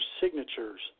signatures